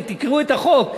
תקראו את החוק.